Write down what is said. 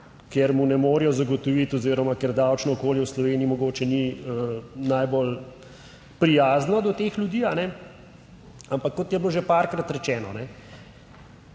ker mu ne morejo zagotoviti oziroma ker davčno okolje v Sloveniji mogoče ni najbolj prijazno do teh ljudi. Ampak kot je bilo že parkrat rečeno,